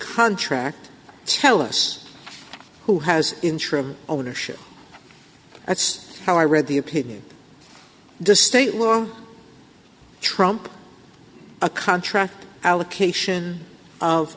contract tell us who has interim ownership that's how i read the opinion the state law trump a contract allocation of